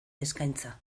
eskaintza